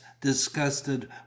disgusted